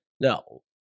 No